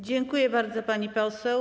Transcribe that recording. Dziękuję bardzo, pani poseł.